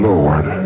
Lord